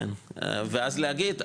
כן ואז להגיד,